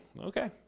Okay